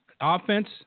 Offense